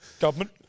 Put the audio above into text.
Government